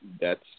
thats